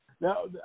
now